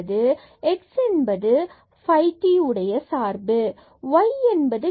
எனவே x என்பது phi t உடைய சார்பு y என்பது t உடைய சார்பு